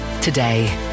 today